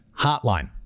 hotline